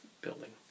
building